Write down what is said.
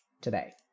today